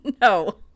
No